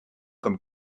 comme